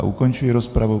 Ukončuji rozpravu.